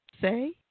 say